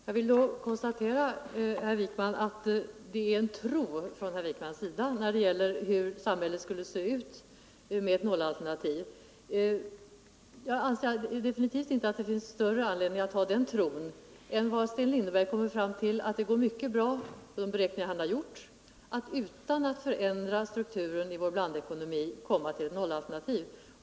Herr talman! Vad herr Wijkman sade om hur samhället skulle se ut med ett nollalternativ må vara uttryck för herr Wijkmans tro. Jag anser definitivt inte att det finns större anledning att ha den tron än att lita till de beräkningar Sten Lindeberg gjort, och han har kommit fram till att det går mycket bra att förverkliga ett nollalternativ utan att förändra strukturen i vår blandekonomi.